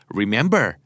remember